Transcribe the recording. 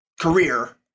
career